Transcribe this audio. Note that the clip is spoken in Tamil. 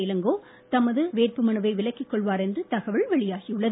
இளங்கோ தமது வேட்புமனுவை விலக்கிக் கொள்வார் என்றும் தகவல் வெளியாகியுள்ளது